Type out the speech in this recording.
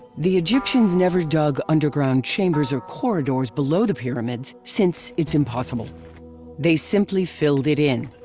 the egyptians never dug underground chambers or corridors below the pyramids, since it's impossible they simply filled it in.